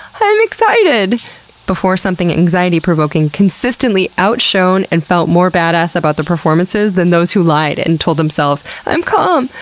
i'm excited before something anxiety provoking consistently outshone and felt more badass about their performances than those who lied and told themselves, i'm calm.